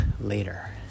later